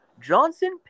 Johnson